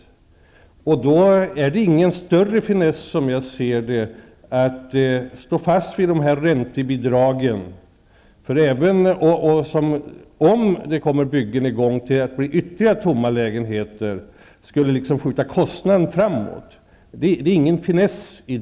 Som jag ser det är det då ingen finess i att stå fast vid räntebidragen. Även om det kommer i gång nya byggen blir det ju bara ytterligare tomma lägenheter. Vi skulle bara skjuta kostnaden framför oss.